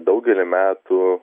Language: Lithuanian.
daugelį metų